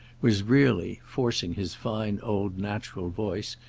was really, forcing his fine old natural voice,